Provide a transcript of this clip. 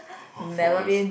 forest